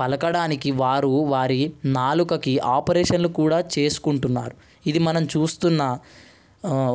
పలకడానికి వారు వారి నాలుకకి ఆపరేషన్లు కూడా చేసుకుంటున్నారు ఇది మనం చూస్తున్న